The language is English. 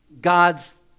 God's